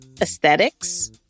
aesthetics